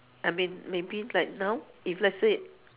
I mean maybe like now if let's say